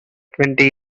twenty